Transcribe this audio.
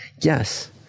Yes